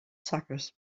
suckers